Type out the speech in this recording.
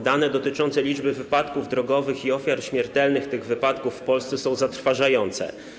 Dane dotyczące liczby wypadków drogowych i ofiar śmiertelnych w wyniku tych wypadków w Polsce są zatrważające.